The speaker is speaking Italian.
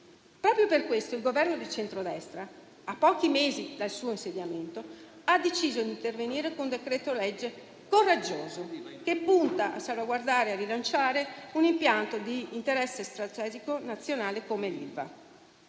Proprio per questo, il Governo di centrodestra, a pochi mesi dal suo insediamento, ha deciso di intervenire con un decreto-legge coraggioso, che punta a salvaguardare e a rilanciare un impianto di interesse strategico nazionale come l'Ilva;